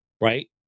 right